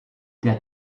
der